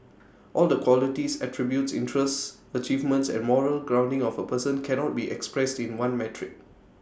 all the qualities attributes interests achievements and moral grounding of A person cannot be expressed in one metric